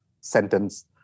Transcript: sentence